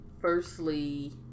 Firstly